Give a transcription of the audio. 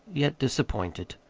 yet disappointed.